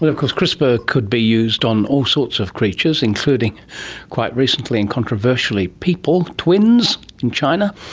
but of course crispr could be used on all sorts of creatures, including quite recently and controversially people, twins in china.